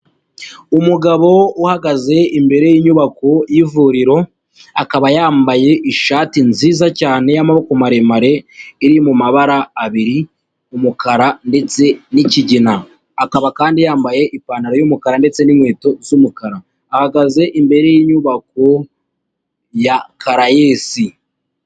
Umugabo uhagaze imbere y'inyubako y'ivuriro, akaba yambaye ishati nziza cyane y'amaboko maremare iri mumabara abiri umukara ndetse n'kigina, akaba kandi yambaye ipantaro y'umukara ndetse n'inkweto z'umukara, ahagaze imbere y'inyubako ya Karayesi.